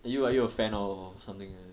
are you are you a fan of of something like that